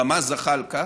רמז, זחאלקה,